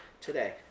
Today